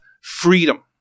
freedom